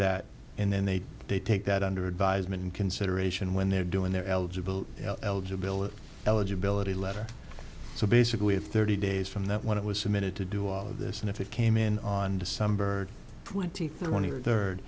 that and then they they take that under advisement in consideration when they're doing their eligible eligibility eligibility letter so basically thirty days from that one it was a minute to do all of this and if it came in on december twenty third when your third